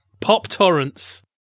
PopTorrents